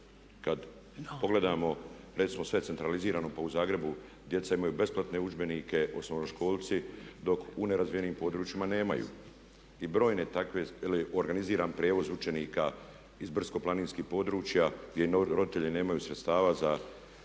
kad pogledamo recimo sve je centralizirano pa u Zagrebu djeca imaju besplatne udžbenike osnovnoškolci dok u nerazvijenim područjima nemaju i brojne takve, …/Govornik se ne razumije./… je organiziran prijevoz učenika iz brdsko-planinskih područja gdje im roditelji nemaju sredstava za